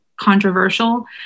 controversial